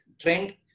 trend